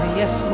yes